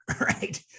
right